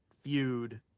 feud